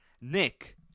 Nick